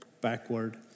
backward